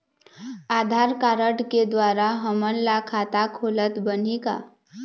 आधार card के द्वारा हमन ला खाता खोलत बनही का?